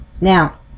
Now